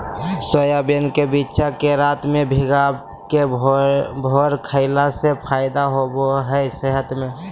soybean के बिच्चा के रात में भिगाके भोरे खईला से फायदा होबा हइ सेहत में